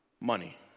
money